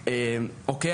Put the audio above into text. "אוקיי,